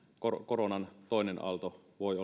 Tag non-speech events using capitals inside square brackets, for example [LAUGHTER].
koronan koronan toinen aalto voi [UNINTELLIGIBLE]